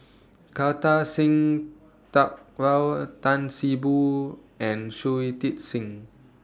Kartar Singh Thakral Tan See Boo and Shui Tit Sing